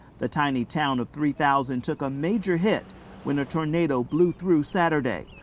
the tiny town of three thousand took a major hit when a tornado blew through saturday,